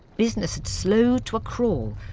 business had slowed to a crawl,